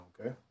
okay